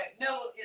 no